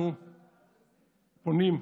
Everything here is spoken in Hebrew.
אנחנו פונים,